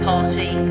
Party